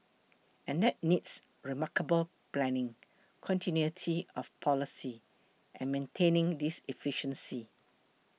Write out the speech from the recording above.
and that needs remarkable planning continuity of policy and maintaining this efficiency